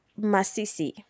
Masisi